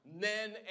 Men